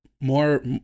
More